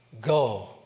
Go